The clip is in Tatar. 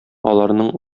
аларның